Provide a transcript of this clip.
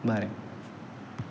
बरें